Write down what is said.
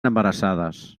embarassades